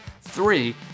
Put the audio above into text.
three